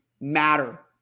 matter